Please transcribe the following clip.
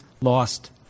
lost